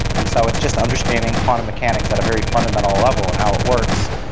and so it's just understanding quantum mechanics at a very fundamental level, and how it works,